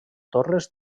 torres